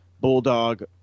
Bulldog